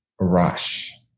rush